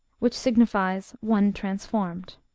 which signifies one transformed